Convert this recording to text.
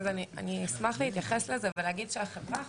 אני אשמח להתייחס לזה ולהגיד שהחברה החרדית,